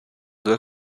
due